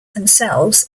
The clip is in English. themselves